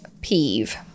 peeve